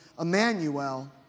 Emmanuel